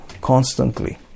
constantly